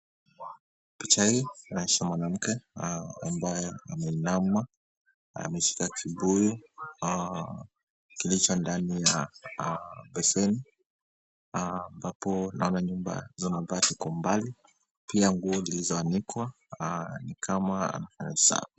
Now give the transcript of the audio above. Picha hii inaonyesha mwanamke ambaye ameinama, ameshika kibuyu kilicho ndani ya beseni ambapo naona nyumba ya mabati kwa umbali pia nguo zilizoanikwa, ni kama anafanya usafi.